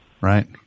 Right